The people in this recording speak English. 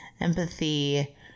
empathy